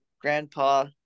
grandpa